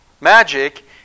magic